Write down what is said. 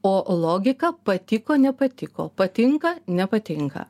o logika patiko nepatiko patinka nepatinka